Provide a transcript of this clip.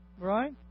Right